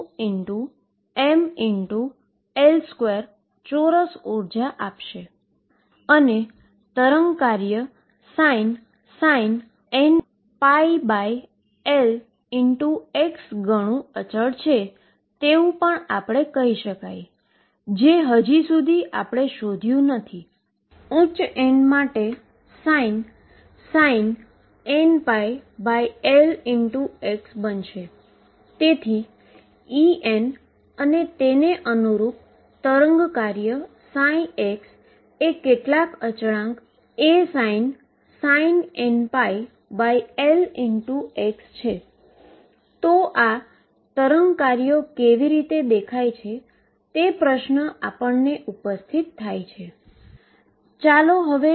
તેથી તમે fn માટે એક સમીકરણ સાબિત કરો છો અને fs કાં તો ઓડ હોઈ શકે અથવા ઈવન n12ℏω ફંક્શન હોઈ શકે જે બરાબર એ જ છે જે આપણે ક્વોન્ટમ મિકેનિક્સના હાઇઝનબર્ગ સમીકરણમાં શોધ્યુ હતું